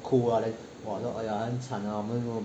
哭 ah then !wah! !aiya! 说很惨 ah 我们